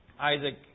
Isaac